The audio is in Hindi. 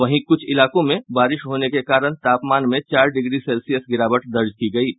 वहीं कुछ इलाकों में बारिश होने के कारण तापमान में चार डिग्री सेल्सियस गिरावट दर्ज की गयी है